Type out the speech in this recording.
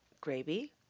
Gravy